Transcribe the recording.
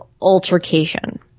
altercation